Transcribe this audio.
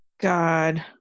God